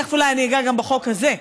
תכף אולי אני אגע גם בחוק הזה.